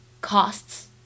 costs